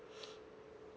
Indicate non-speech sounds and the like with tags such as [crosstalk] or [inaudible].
[breath]